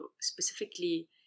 specifically